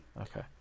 Okay